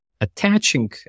attaching